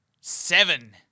Seven